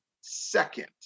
second